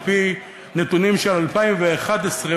על-פי נתונים של 2011,